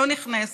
לא נכנסת.